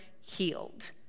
healed